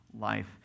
life